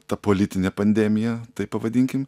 ta politinė pandemija taip pavadinkim